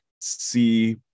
see